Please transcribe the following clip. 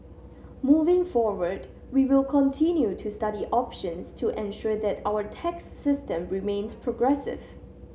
moving forward we will continue to study options to ensure that our tax system remains progressive